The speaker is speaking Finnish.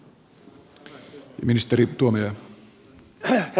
herra puhemies